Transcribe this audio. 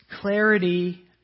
Clarity